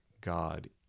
God